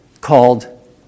called